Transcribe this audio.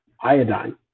iodine